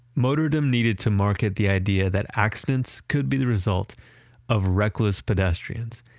motordom needed to market the idea that accidents could be the result of reckless pedestrians,